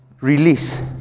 release